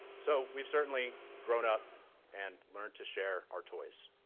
so we've certainly grown up and learned to share our toys.